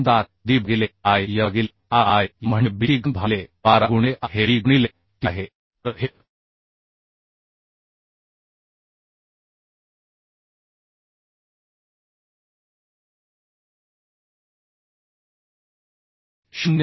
7d भागिले I y भागिले a I y म्हणजे b t घन भागिले 12 गुणिले a हे b गुणिले t आहे